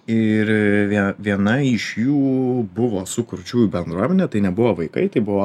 ir vie viena iš jų buvo su kurčiųjų bendruomene tai nebuvo vaikai tai buvo